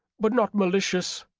but not malicious.